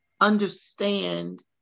understand